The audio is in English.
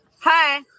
Hi